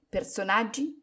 Personaggi